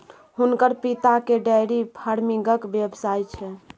हुनकर पिताकेँ डेयरी फार्मिंगक व्यवसाय छै